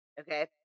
okay